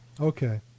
Okay